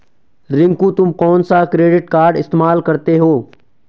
रिंकू तुम कौन सा क्रेडिट कार्ड इस्तमाल करते हो?